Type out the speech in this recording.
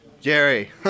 Jerry